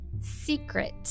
Secret